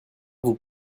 vous